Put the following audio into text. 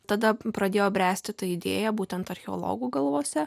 tada pradėjo bręsti ta idėja būtent archeologų galvose